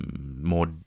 more